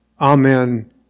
Amen